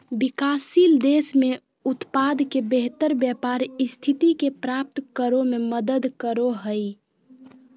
विकासशील देश में उत्पाद के बेहतर व्यापार स्थिति के प्राप्त करो में मदद करो हइ